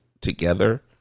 together